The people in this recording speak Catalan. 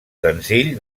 senzill